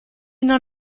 non